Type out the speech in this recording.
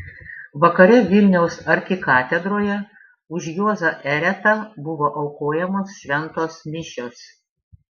vakare vilniaus arkikatedroje už juozą eretą buvo aukojamos šventos mišios